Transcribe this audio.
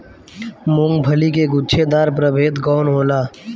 मूँगफली के गुछेदार प्रभेद कौन होला?